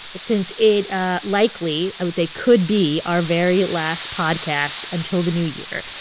since it ah likely i would say could be our very last podcast until the new year,